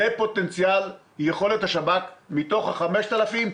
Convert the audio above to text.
זה פוטנציאל יכולת השב"כ מתוך 5,000,